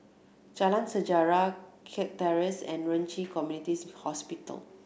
Jalan Sejarah Kirk Terrace and Ren Ci Community Hospital